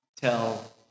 tell